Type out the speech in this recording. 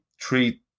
treat